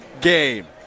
game